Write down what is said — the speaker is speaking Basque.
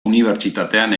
unibertsitatean